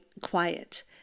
quiet